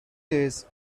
days